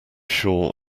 sure